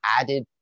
added